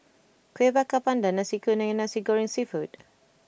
Kueh Bakar Pandan Nasi Kuning and Nasi Goreng Seafood